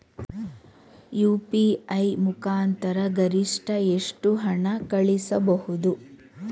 UPI ಮುಖಾಂತರ ಗರಿಷ್ಠ ಎಷ್ಟು ಹಣ ಕಳಿಸಬಹುದು?